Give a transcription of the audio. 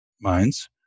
minds